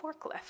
forklift